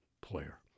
player